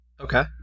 okay